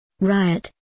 Riot